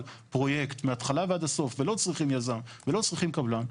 פרויקט מההתחלה ועד הסוף ולא צריכים יזם ולא צריכים קבלן.